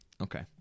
Okay